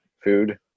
food